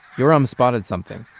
yoram spotted something.